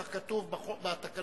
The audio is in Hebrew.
כך כתוב בתקנון.